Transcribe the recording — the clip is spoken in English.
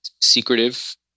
Secretive